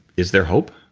is there hope?